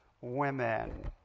women